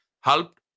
helped